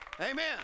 Amen